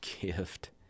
gift